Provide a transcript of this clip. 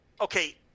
okay